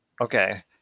Okay